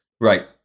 Right